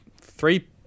three